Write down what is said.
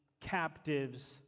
captives